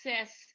access